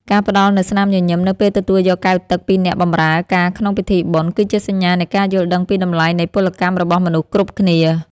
ការផ្តល់នូវស្នាមញញឹមនៅពេលទទួលយកកែវទឹកពីអ្នកបម្រើការក្នុងពិធីបុណ្យ គឺជាសញ្ញានៃការយល់ដឹងពីតម្លៃនៃពលកម្មរបស់មនុស្សគ្រប់គ្នា។